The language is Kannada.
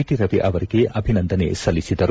ಟಿ ರವಿ ಅವರಿಗೆ ಅಭಿನಂದನೆ ಸಲ್ಲಿಸಿದರು